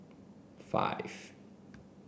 five